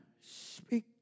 speak